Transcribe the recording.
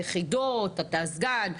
היחידות, אתה הסגן?